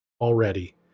Already